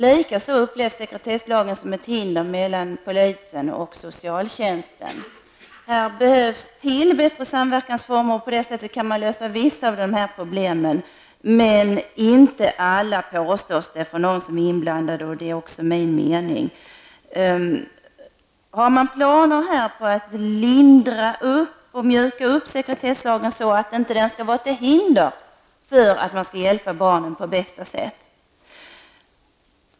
Likaså upplevs sekretesslagen som ett hinder i samarbetet mellan polisen och socialtjänsten. Det behöver komma till bättre samverkansformer, varigenom man kan lösa vissa av samarbetsproblemen, dock enligt dem som är inblandade inte alla problem -- och det är också min mening. Har man planer på att mjuka upp sekretesslagen så att den inte skall vara till hinder för möjligheterna att hjälpa barn på bästa sätt?